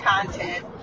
content